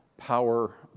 power